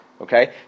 okay